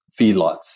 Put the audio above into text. feedlots